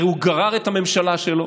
הרי הוא גרר את הממשלה שלו